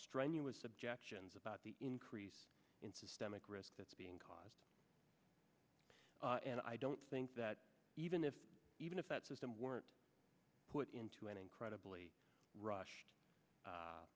strenuous objections about the increase in systemic risk that's being caused and i don't think that even if even if that system weren't put into an incredibly rushed